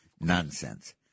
nonsense